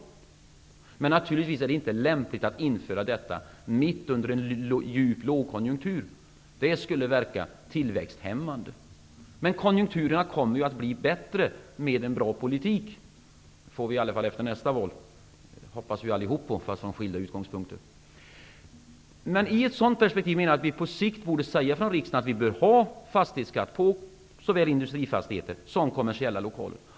Men det är naturligtvis inte lämpligt att införa detta mitt under en djup lågkonjunktur. Det skulle verka tillväxthämmande. Men konjunkturerna kommer ju att bli bättre med en bra politik. Det får vi i alla fall efter nästa val. Det hoppas vi på allihop, fast från skilda utgångspunkter. I ett sådant perspektiv borde riksdagen på sikt säga att vi bör ha fastighetsskatt på såväl industrifastigheter som kommersiella lokaler.